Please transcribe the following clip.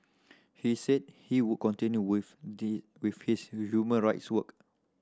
he said he would continue with this with his human rights work